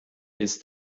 ist